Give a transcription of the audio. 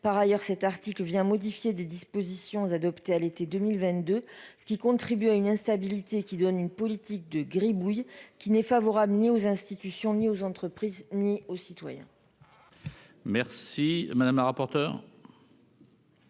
par ailleurs cet article vient modifier des dispositions adoptées à l'été 2022, ce qui contribue à une instabilité qui donne une politique de gribouille qui n'est favorable ni aux institutions, ni aux entreprises ni aux citoyens. Merci madame la rapporteure.